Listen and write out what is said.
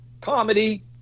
comedy